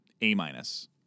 A-minus